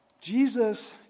Jesus